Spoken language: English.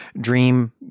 Dream